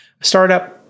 startup